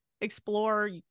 explore